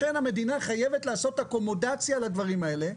לכן המדינה חייבת לעשות אקומודציה לדברים האלה,